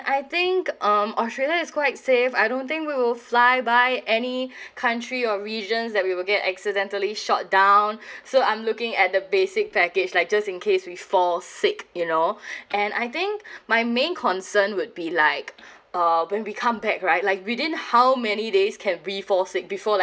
I think um australia is quite safe I don't think we will fly by any country or regions that we will get accidentally shot down so I'm looking at the basic package like just in case we fall sick you know and I think my main concern would be like uh when we come back right like within how many days can be fall sick before like